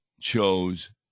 chose